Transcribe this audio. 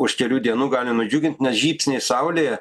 už kelių dienų gali nudžiugint nes žybsniai saulėje